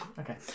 Okay